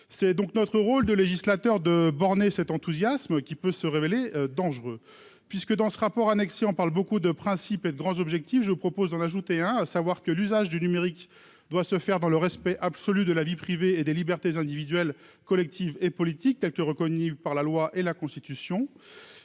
c'est donc notre rôle de législateur de borner cet enthousiasme qui peut se révéler dangereux, puisque dans ce rapport annexé, on parle beaucoup de principe et de grands objectifs, je propose d'en ajouter, hein, à savoir que l'usage du numérique doit se faire dans le respect absolu de la vie privée et des libertés individuelles, collectives et politiques tels que reconnus par la loi et la constitution